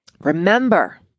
remember